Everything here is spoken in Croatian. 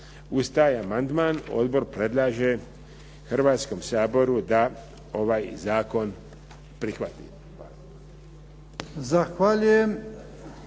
uz taj amandman, odbor predlaže Hrvatskom saboru da ovaj zakon prihvati.